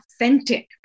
authentic